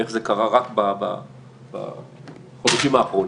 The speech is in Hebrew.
איך זה קרה רק בחודשים האחרונים.